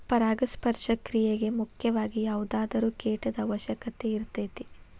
ಪರಾಗಸ್ಪರ್ಶ ಕ್ರಿಯೆಗೆ ಮುಖ್ಯವಾಗಿ ಯಾವುದಾದರು ಕೇಟದ ಅವಶ್ಯಕತೆ ಇರತತಿ